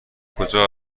کجا